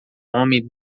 homem